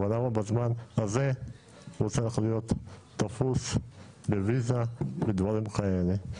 אבל למה בזמן הזה הוא צריך להיות תפוס בוויזה ודברים כאלה,